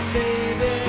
baby